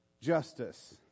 justice